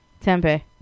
Tempe